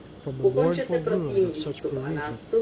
from the mournful ruin of such bereavement,